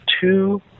two